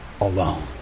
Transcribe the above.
alone